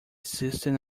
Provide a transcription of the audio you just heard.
system